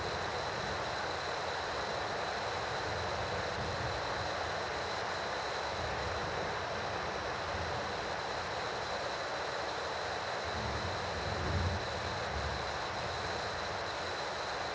(Z)